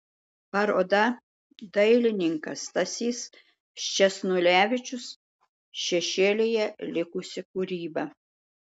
paroda dailininkas stasys sčesnulevičius šešėlyje likusi kūryba